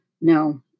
No